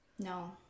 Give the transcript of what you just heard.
No